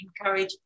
encourage